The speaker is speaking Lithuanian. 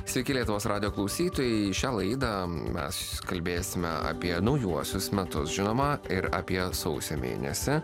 sveiki lietuvos radijo klausytojai šią laidą mes kalbėsime apie naujuosius metus žinoma ir apie sausį mėnesį